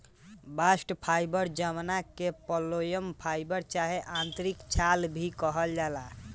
bast fibre जवना के phloem fibre चाहे आंतरिक छाल भी कहल जाला